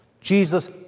Jesus